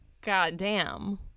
goddamn